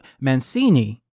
Mancini